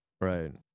Right